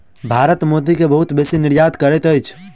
भारत मोती के बहुत बेसी निर्यात करैत अछि